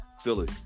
Philly